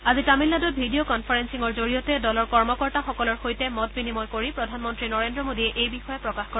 আজি তামিলনাডুত ভিডিঅ' কনফাৰেলিঙৰ জৰিয়তে দলৰ কৰ্মকৰ্তাসকলৰ সৈতে মত বিনিময় কৰি প্ৰধানমন্তী নৰেন্দ্ৰ মোডীয়ে এই বিষয়ে প্ৰকাশ কৰে